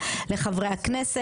יש לחץ?